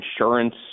insurance